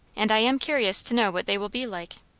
and i am curious to know what they will be like.